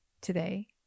today